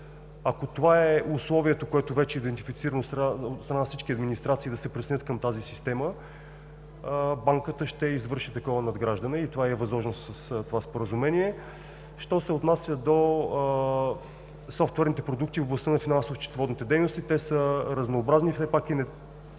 Ако това е условието, което вече е идентифицирано от страна на всички администрации, да се присъединят към тази система, банката ще извърши такова надграждане и това й е възложено с това Споразумение. Що се отнася до софтуерните продукти в областта на финансово-счетоводните дейности, те са разнообразни. Все пак се